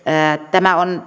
tämä on